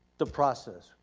the process.